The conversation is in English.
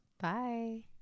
Bye